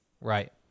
right